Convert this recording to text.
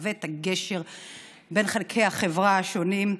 שתהווה גשר בין חלקי החברה השונים.